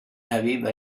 aveva